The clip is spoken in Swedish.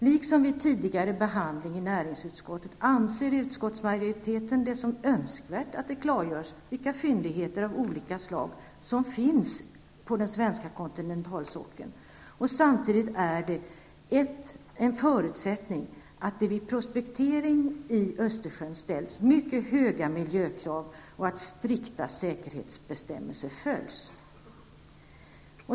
Liksom vid tidigare behandling i näringsutskottet anser utskottsmajoriteten det önskvärt att det klargörs vilka fyndigheter av olika slag som finns på den svenska kontinentalsockeln. Samtidigt är det en förutsättning att det vid prospektering i Östersjön ställs mycket höga miljökrav och att strikta säkerhetsbestämmelser följs.